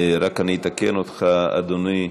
רק אתקן אותך, אדוני: